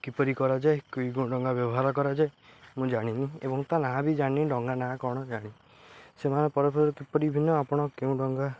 କିପରି କରାଯାଏ କି କେଉଁ ଡଙ୍ଗା ବ୍ୟବହାର କରାଯାଏ ମୁଁ ଜାଣିନି ଏବଂ ତା ନା ବି ଜାଣିନି ଡଙ୍ଗା ନା କ'ଣ ଜାଣିନି ସେମାନେ କିପରି ଭିନ୍ନ ଆପଣ କେଉଁ ଡଙ୍ଗା